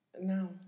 No